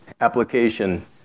Application